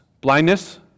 blindness